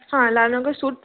হাঁ লাল রঙের স্যুট